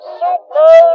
super